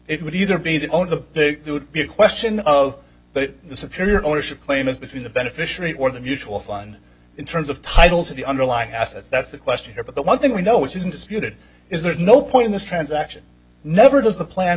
it would either be that on the it would be a question of what the superior ownership claim is between the beneficiary or the mutual fund in terms of titles of the underlying assets that's the question here but the one thing we know which isn't disputed is there is no point in this transaction never does the plant